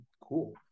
cool